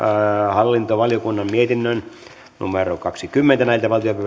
hallintovaliokunnan mietinnön kaksikymmentä